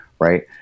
Right